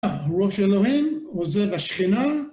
ראש אלוהים עוזב השכינה.